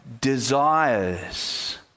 desires